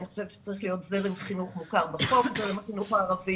אני חושבת שצריך להיות זרם חינוך מוכר בחוק זרם החינוך הערבי,